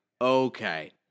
okay